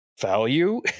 value